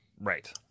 Right